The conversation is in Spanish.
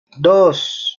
dos